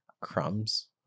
crumbs